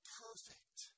perfect